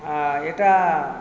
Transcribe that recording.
আর এটা